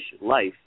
life